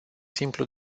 simplu